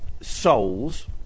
souls